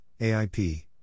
AIP